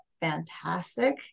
fantastic